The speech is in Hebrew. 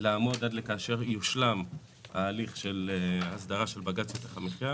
לעמוד עד לכאשר יושלם הליך ההסדרה של בג"ץ שטח המחיה,